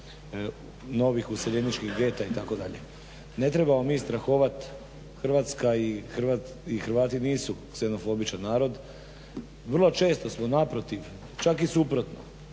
novih useljeničkih geta itd. ne trebamo mi strahovat Hrvatska i Hrvati nisu ksenofobičan narod, vrlo često smo naprotiv čak i suprotno.